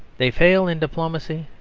they fail in diplomacy,